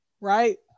right